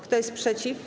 Kto jest przeciw?